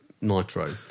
Nitro